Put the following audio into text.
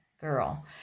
girl